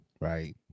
right